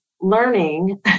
learning